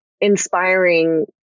inspiring